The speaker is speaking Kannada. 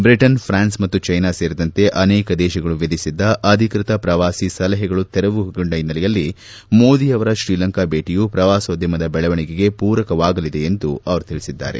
ಬ್ರಿಟನ್ ಫ್ರಾನ್ಸ್ ಮತ್ತು ಚ್ಲೆನಾ ಸೇರಿದಂತೆ ಅನೇಕ ದೇತಗಳು ವಿಧಿಸಿದ್ದ ಅಧಿಕೃತ ಪ್ರವಾಸಿ ಸಲಹೆಗಳು ರದ್ದುಗೊಂಡ ಹಿನ್ನೆಲೆಯಲ್ಲಿ ಮೋದಿಯವರ ಶ್ರೀಲಂಕಾ ಭೇಟಿಯು ಪ್ರವಾಸೋದ್ಣಮದ ಬೆಳವಣಿಗೆಗೆ ಪೂರಕವಾಗಲಿದೆ ಎಂದು ಅವರು ತಿಳಿಸಿದ್ದಾರೆ